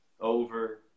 over